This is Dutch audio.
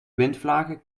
windvlagen